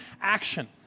action